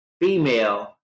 female